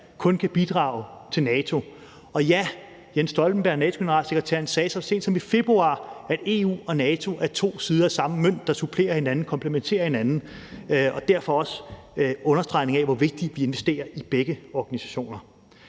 kun kan bidrage til NATO. Og ja, Jens Stoltenberg, NATO's generalsekretær, sagde så sent som i februar, at EU og NATO er to sider af samme mønt, der supplerer hinanden, komplementerer hinanden, og det er derfor også en understregning af, hvor vigtigt det er, at vi investerer i begge organisationer.